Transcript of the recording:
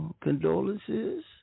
condolences